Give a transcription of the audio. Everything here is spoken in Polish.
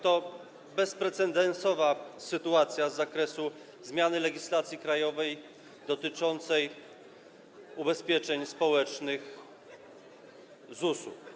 To bezprecedensowa sytuacja z zakresu zmiany legislacji krajowej dotyczącej ubezpieczeń społecznych, ZUS-u.